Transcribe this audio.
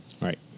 Right